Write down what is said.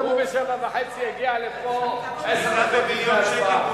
הוא ב-07:30 יגיע לפה, עשר דקות לפני ההצבעה.